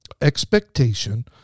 Expectation